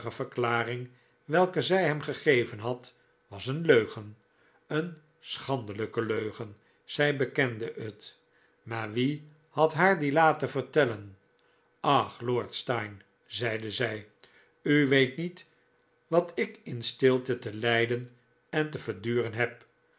verklaring welke zij hem gegeven had was een leugen een schandelijke leugen zij bekende het maar wie had haar die laten vertellen ach lord steyne zeide zij u weet niet wat ik in stilte te lijdenente verduren heb